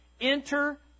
Enter